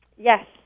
Yes